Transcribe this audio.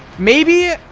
maybe